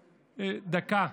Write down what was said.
דקה,